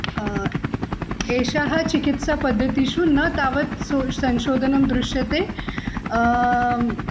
एषः चिकित्सापद्धतिषु न तावत् सोल् संशोधनं दृश्यते